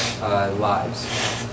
lives